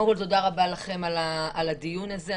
תודה רבה לכם על הדיון הזה.